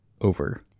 over